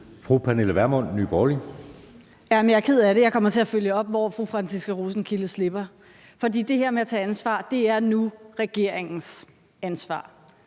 Pernille Vermund (NB): Jamen jeg er ked af det – jeg kommer til at følge op der, hvor fru Franciska Rosenkilde slipper. For det her med at tage ansvar er nu regeringens ansvar.